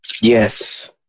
Yes